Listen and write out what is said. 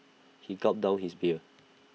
he gulped down his beer